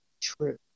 true